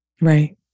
Right